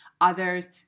others